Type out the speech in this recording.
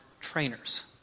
trainers